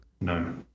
no